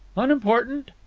unimportant.